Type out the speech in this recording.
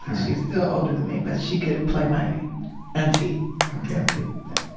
she's still older than me, but she could play my auntie or something.